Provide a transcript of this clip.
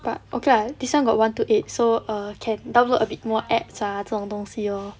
but okay lah this [one] got one two eight so err can download a bit more apps ah 这种东西 lor